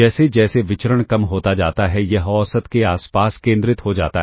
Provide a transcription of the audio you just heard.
जैसे जैसे विचरण कम होता जाता है यह औसत के आसपास केंद्रित हो जाता है